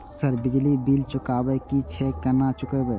Sir बिजली bill चुकाबे की छे केना चुकेबे?